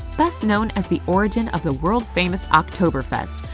best known as the origin of the world famous oktoberfest,